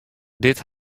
dit